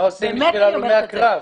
מה אתם עושים בשביל הלומי הקרב?